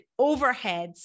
overheads